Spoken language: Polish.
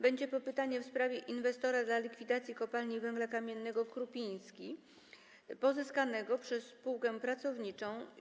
Będzie to pytanie w sprawie inwestora dla likwidowanej Kopalni Węgla Kamiennego Krupiński pozyskanego przez spółkę pracowniczą.